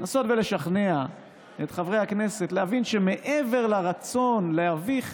לנסות ולשכנע את חברי הכנסת להבין שמעבר לרצון להביך,